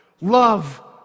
Love